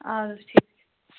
اَدٕ حظ ٹھیٖک چھُ